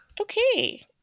Okay